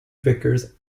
vickers